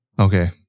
Okay